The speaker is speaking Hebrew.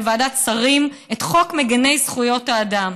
לוועדת שרים את חוק מגיני זכויות האדם,